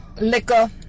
liquor